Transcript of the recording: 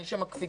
יש שם קפיצה,